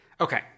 okay